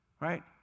right